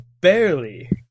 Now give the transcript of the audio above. barely